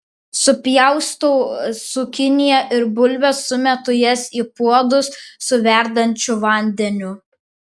supjaustau cukiniją ir bulves sumetu jas į puodus su verdančiu vandeniu